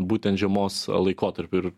būtent žiemos laikotarpiu ir